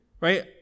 Right